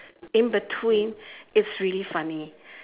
in between it's really funny